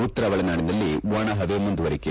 ಉತ್ತರ ಒಳನಾಡಿನಲ್ಲಿ ಒಣಹವೆ ಮುಂದುವರಿಕೆ